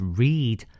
read